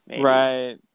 right